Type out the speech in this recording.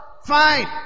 fine